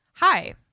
Hi